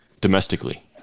domestically